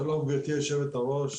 שלום גברתי היושבת-ראש,